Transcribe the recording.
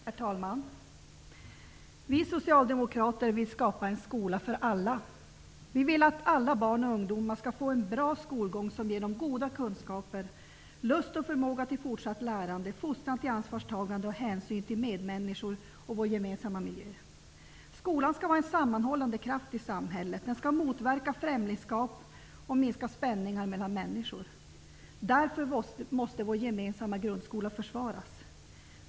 Herr talman! Vi socialdemokrater vill skapa en skola för alla. Vi vill att alla barn och ungdomar skall få en bra skolgång som ger dem goda kunskaper, lust och förmåga till fortsatt lärande, fostran till ansvarstagande samt hänsyn till medmänniskor och vår gemensamma miljö. Skolan skall vara en sammanhållande kraft i samhället. Den skall motverka främlingskap och minska spänningar mellan människor. Därför måste vår gemensamma grundskola försvaras.